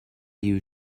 you